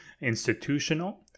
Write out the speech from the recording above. institutional